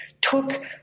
took